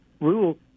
rule